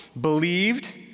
believed